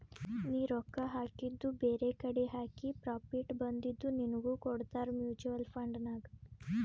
ನೀ ರೊಕ್ಕಾ ಹಾಕಿದು ಬೇರೆಕಡಿ ಹಾಕಿ ಪ್ರಾಫಿಟ್ ಬಂದಿದು ನಿನ್ನುಗ್ ಕೊಡ್ತಾರ ಮೂಚುವಲ್ ಫಂಡ್ ನಾಗ್